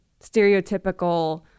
stereotypical